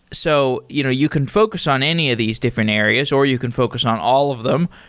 so you know you can focus on any of these different areas or you can focus on all of them.